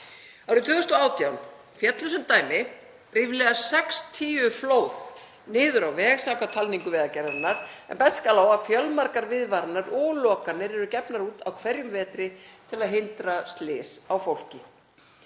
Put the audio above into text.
Árið 2018 féllu sem dæmi ríflega 60 flóð niður á veg samkvæmt talningu Vegagerðarinnar en bent skal á að fjölmargar viðvaranir og lokanir eru gefnar út á hverjum vetri til að hindra slys á fólki.